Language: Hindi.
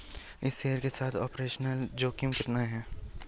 इस शेयर के साथ ऑपरेशनल जोखिम कितना है?